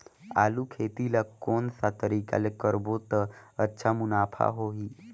आलू खेती ला कोन सा तरीका ले करबो त अच्छा मुनाफा होही?